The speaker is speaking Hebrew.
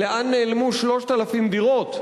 לאן נעלמו 3,000 דירות?